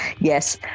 yes